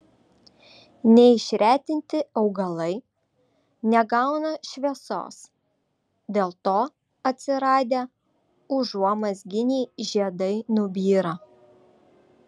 neišretinti augalai negauna šviesos dėl to atsiradę užuomazginiai žiedai nubyra